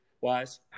wise